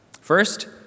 First